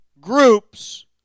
groups